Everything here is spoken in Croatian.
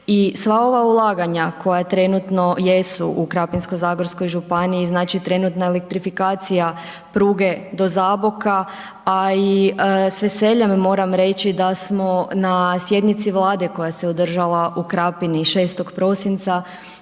i sva ova ulaganja koja trenutno jesu u Krapinsko-zagorskoj županiji, znači trenutna elektrifikacija pruge do Zaboka a i s veseljem moram reći da smo na sjednici Vlade koja se održala u Krapini 6. prosinca,